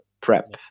prep